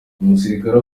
umusirikare